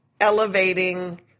elevating